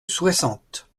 soixante